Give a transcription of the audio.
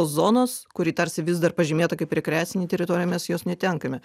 zonos kuri tarsi vis dar pažymėta kaip rekreacinė teritorija mes jos netenkame